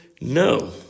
No